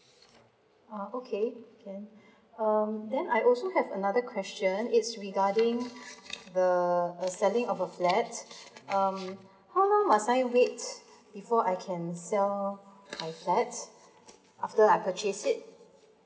oh okay then um then I also have another question is regarding the the selling of the flat um how long must I wait before I can sell my flat after I purchase it